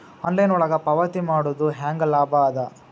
Online ಒಳಗ ಪಾವತಿ ಮಾಡುದು ಹ್ಯಾಂಗ ಲಾಭ ಆದ?